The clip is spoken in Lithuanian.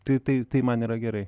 tai tai tai man yra gerai